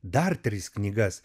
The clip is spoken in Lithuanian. dar tris knygas